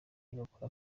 igakora